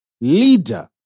Leader